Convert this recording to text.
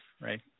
right